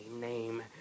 name